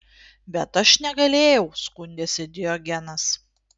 bet aš negalėjau skundėsi diogenas